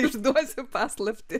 išduosiu paslaptį